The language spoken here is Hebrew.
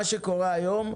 מה שקורה היום,